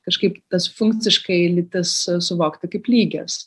kažkaip tas funkciškai lytis suvokti kaip lygias